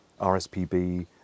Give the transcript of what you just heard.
RSPB